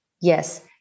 yes